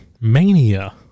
mania